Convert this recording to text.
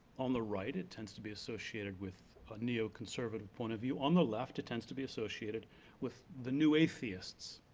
on the right, it tends to be associated with a neoconservative point of view, on the left it tends to be associated with the new atheists.